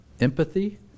empathy